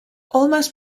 almost